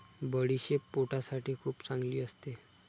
बडीशेप पोटासाठी खूप चांगली असते